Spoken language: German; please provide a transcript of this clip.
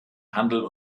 handel